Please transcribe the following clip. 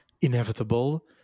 inevitable